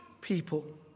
people